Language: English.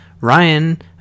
ryan